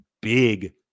big